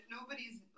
nobody's